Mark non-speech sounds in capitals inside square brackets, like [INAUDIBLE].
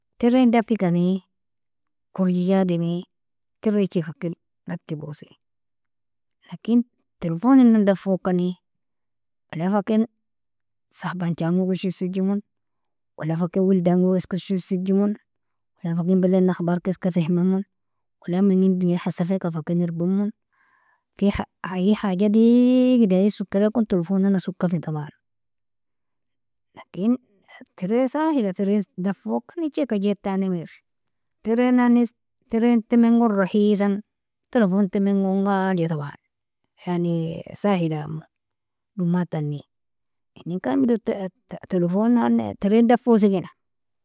Tarein dafikani korjija adami tarei ijakia ker rakibosi, lakin telefonin dafokani wala fakin sahabanjango gosher isigjemon, wala faken wildango iska gosher isigjemon, wala faken baladin akhbark iska fehmemon wala menini donie hasalfika faken irbemon [HESITATION] ien haja digida ien sokirakon telefonana sokafi taban lakin tarei sahila tarein dafikani ijakia joeitarnami eri tareinani tarei [HESITATION] tamangon rakhisan telefon tamangon galia taban yani sahilaimo domadtani inenkarmedo telefonnani [HESITATION] tarein dafosi gena.